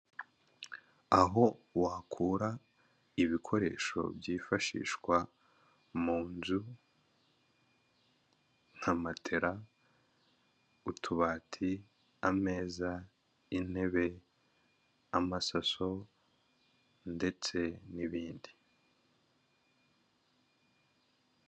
Aho wakura ibikoresho byifashishwa mu nzu nka matera, utubati, ameza, intebe, amasaso ndetse n'ibindi.